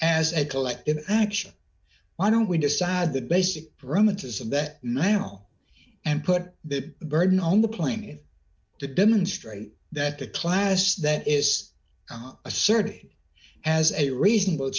as a collective action why don't we decide the basic parameters of that now and put the burden on the plane to demonstrate that the class that is asserted as a reasonable